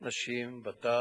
נשים וטף,